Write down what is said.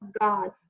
god